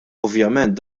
ovvjament